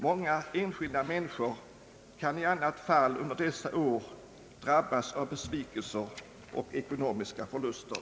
Många enskilda människor kan i annat fall under dessa år drabbas av besvikelser och ekonomiska förluster.